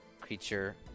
creature